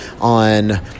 on